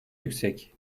yüksek